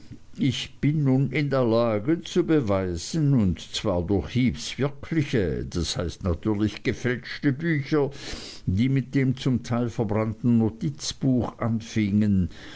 ich bin nun in der lage zu beweisen und zwar durch heeps wirkliche das heißt natürlich gefälschte bücher die mit dem zum teil verbrannten notizbuch anfingen